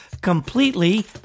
completely